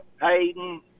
Hayden